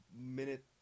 minute